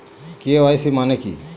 KYC মানে কি?